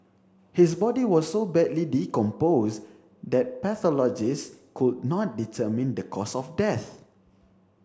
his body was so badly decomposed that pathologists could not determine the cause of death